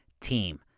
Team